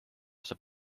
saab